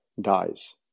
dies